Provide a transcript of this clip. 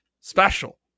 special